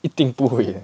一定不会的